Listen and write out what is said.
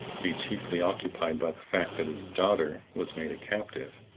be chiefly occupied by the fact that his daughter was made a captive,